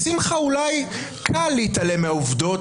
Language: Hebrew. לשמחה אולי קל להתעלם מהעובדות,